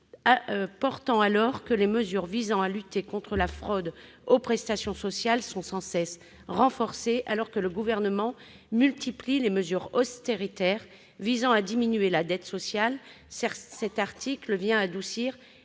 Pourtant, alors que les mesures visant à lutter contre la fraude aux prestations sociales sont sans cesse renforcées et que le Gouvernement multiplie les mesures austéritaires visant à diminuer la dette sociale, cet article vient adoucir